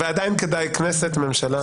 ועדיין כדאי לרשום כנסת ואחר כך ממשלה.